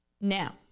Now